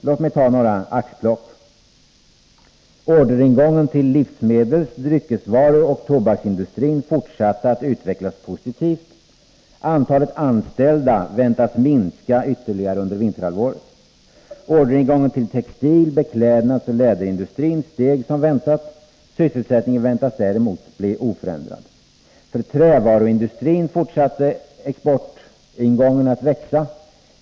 Låt mig göra några axplock: — Orderingången till livsmedels-, dryckesvaruoch tobaksindustrin fortsatte att utvecklas positivt. ——— Antalet anställda väntas minska ytterligare under vinterhalvåret. —- Orderingången till textil-, beklädnadsoch läderindustrin steg som väntat. ——— Sysselsättningen väntas däremot bli oförändrad. — För trävaruindustrin fortsatte exportingången att växa.